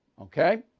Okay